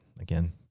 Again